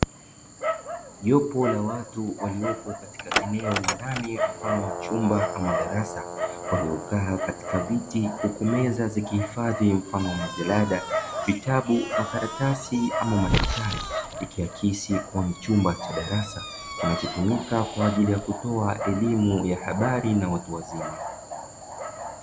Jopo la watu waliopo katika eneo la ndani mfano wa chumba ama darasa waliokaa katika viti, huku meza zikihifadhi mfano wa majarada, vitabu, makaratasi, ama madaftari, ikiakisi kuwa ni chumba cha darasa kinachotumika kwa ajili ya kutoa elimu ya habari na watu wazima,